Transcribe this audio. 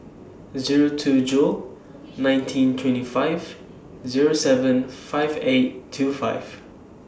Zero two Jul nineteen twenty five Zero seven five eight two five